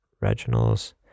Reginald's